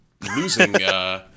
losing